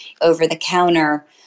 over-the-counter